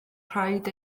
rhaid